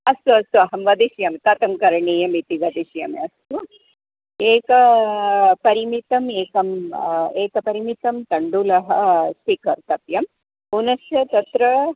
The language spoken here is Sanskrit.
अस्तु अस्तु अहं वदिष्यामि कथं करणीयमिति वदिष्यामि अस्तु एक परिमितम् एकम् एकपरिमितं तण्डुलः स्वीकर्तव्यः पुनश्च तत्र